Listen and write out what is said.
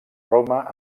roma